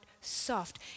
soft